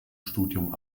studium